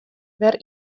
wer